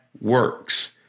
works